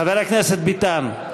חבר הכנסת ביטן.